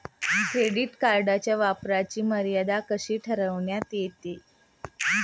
Credit कार्डच्या वापराची मर्यादा कशी ठरविण्यात येते?